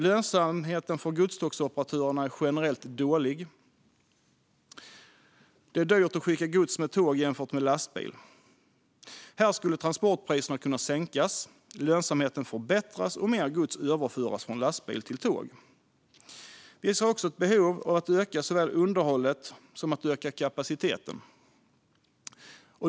Lönsamheten för godstågsoperatörer är generellt dålig, och det är dyrt att skicka gods med tåg jämfört med lastbil. Här skulle transportpriserna kunna sänkas, lönsamheten förbättras och mer gods överföras från lastbil till tåg. Vi ser också ett behov av att öka såväl underhållet som kapaciteten.